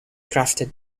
crafted